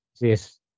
Yes